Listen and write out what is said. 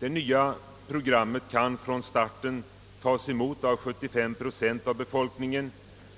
Det nya programmet kan från starten tas emot av 75 procent av befolkningen